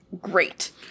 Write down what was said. great